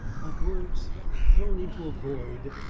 like words thrown into a void,